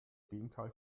gegenteil